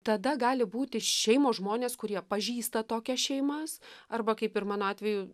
tada gali būti šeimos žmonės kurie pažįsta tokias šeimas arba kaip ir mano atveju